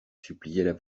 suppliaient